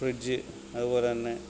fridge അതുപോലെ തന്നെ